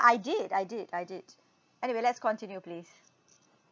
I did I did I did anyway let's continue please